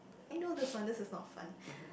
I know this one this is not fun